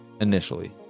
initially